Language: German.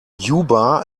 juba